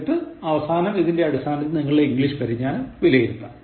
എന്നിട്ട് അവസാനം ഇതിന്റെ അടിസ്ഥാനത്തിൽ നിങ്ങളുടെ ഇംഗ്ലീഷ് പരിജ്ഞാനം വിലയിരുത്താം